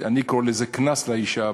אני קורא לזה קנס לאישה,